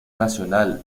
nacional